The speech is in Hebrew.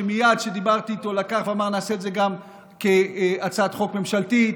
שמייד כשדיברתי איתו לקח ואמר: נעשה את זה גם כהצעת חוק ממשלתית,